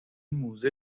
موزه